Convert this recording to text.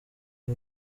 uze